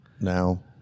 now